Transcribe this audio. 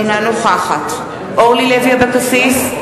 אינה נוכחת אורלי לוי אבקסיס,